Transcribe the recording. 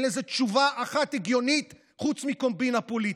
אין לזה תשובה אחת הגיונית חוץ מקומבינה פוליטית.